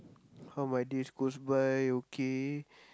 how my days goes by okay